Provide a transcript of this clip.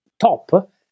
top